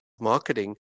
marketing